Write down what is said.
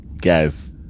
guys